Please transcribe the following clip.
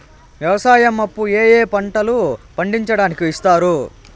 వ్యవసాయం అప్పు ఏ ఏ పంటలు పండించడానికి ఇస్తారు?